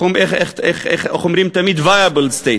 איך אומרים תמיד, viable state,